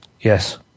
Yes